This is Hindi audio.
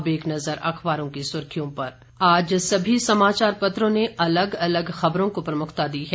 अब एक नजर अखबारों की सुर्खियों पर आज सभी समाचार पत्रों ने अलग अलग खबरों को प्रमुखता दी है